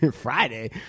Friday